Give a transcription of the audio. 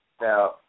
Now